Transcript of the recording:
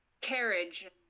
carriage